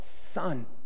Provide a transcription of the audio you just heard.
son